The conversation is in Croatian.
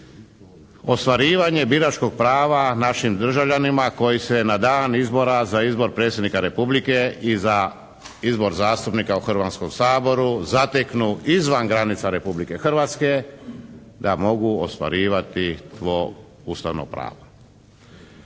ostvarivanje biračkog prava našim državljanima koji se na dan izbora za izbor predsjednika Republike i za izbor zastupnika u Hrvatskom saboru zateknu izvan granica Republike Hrvatske, da to mogu ostvarivati to ustavno pravo.